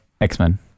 X-Men